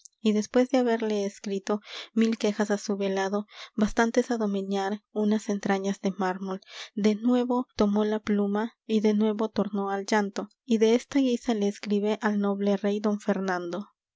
y después de haberle escrito mil quejas á su velado bastantes á domeñar unas entrañas de mármol de nuevo tomó la pluma y de nuevo tornó al llanto y desta guisa le escribe al noble rey don fernando